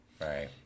Right